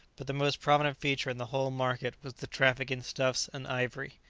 but the most prominent feature in the whole market was the traffic in stuffs and ivory.